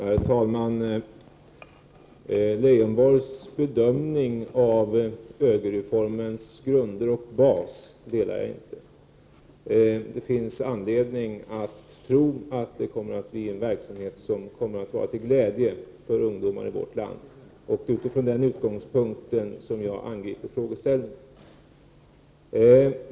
Herr talman! Jag delar inte Lars Leijonborgs bedömning av ÖGY reformens grunder. Det finns anledning att tro att det kommer att bli en verksamhet som kommer att vara till glädje för ungdomar i vårt land — utifrån den utgångspunkt som jag angripit frågeställningen.